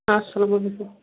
السلامُ علیکُم